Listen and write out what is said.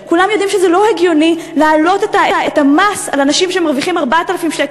אמרתי: 30,000,